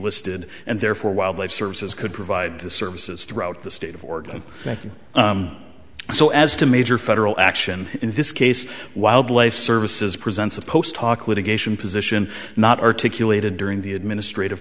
delisted and therefore wildlife services could provide the services throughout the state of oregon so as to major federal action in this case wildlife services presents a post hoc litigation position not articulated during the administrative